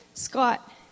Scott